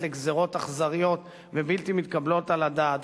לגזירות אכזריות ובלתי מתקבלות על הדעת,